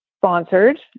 sponsored